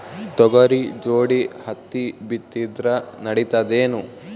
ತೊಗರಿ ಜೋಡಿ ಹತ್ತಿ ಬಿತ್ತಿದ್ರ ನಡಿತದೇನು?